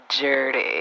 dirty